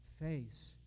face